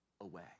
away